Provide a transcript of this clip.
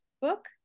book